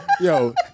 yo